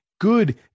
good